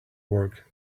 work